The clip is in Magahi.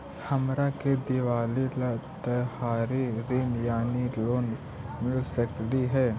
हमरा के दिवाली ला त्योहारी ऋण यानी लोन मिल सकली हे?